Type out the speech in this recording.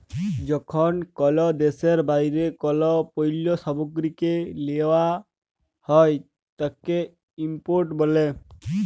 যখন কল দ্যাশের বাইরে কল পল্য সামগ্রীকে লেওয়া হ্যয় তাকে ইম্পোর্ট ব্যলে